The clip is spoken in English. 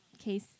case